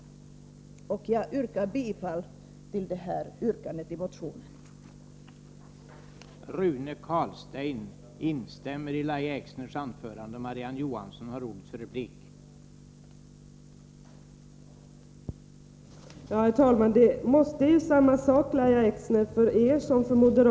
Jag yrkar bifall till det nämnda motionsyrkandet. I detta anförande instämde Rune Carlstein .